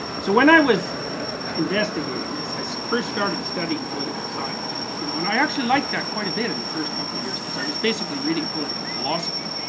so, when i was investigating this, i so first started studying political science you know and i actually liked that quite a bit in the first couple years because i was basically reading political philosophy.